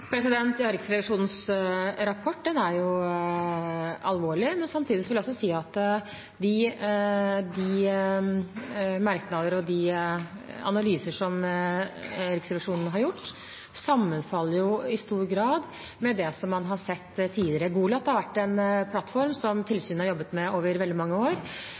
Riksrevisjonens rapport er alvorlig. Samtidig vil jeg også si at de merknader og de analyser som Riksrevisjonen har gjort, i stor grad sammenfaller med det som man har sett tidligere. Goliat har vært en plattform som tilsynet har jobbet med over veldig mange år.